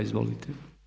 Izvolite.